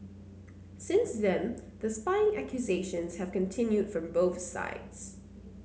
since then the spying accusations have continued from both sides